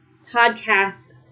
podcast